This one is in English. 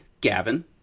Gavin